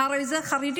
אחרי זה חרדים.